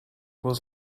was